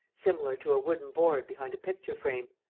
similar to a wooden board behind a picture-frame.